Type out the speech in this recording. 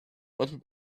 would